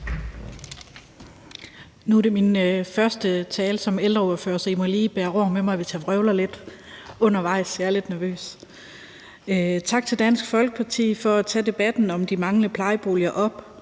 Nu er det min første tale som ældreordfører, så I må lige bære over med mig, hvis jeg vrøvler lidt undervejs. Jeg er lidt nervøs. Tak til Dansk Folkeparti for at tage debatten om de manglende plejeboliger op.